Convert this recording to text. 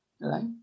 right